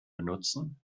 benutzen